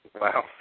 Wow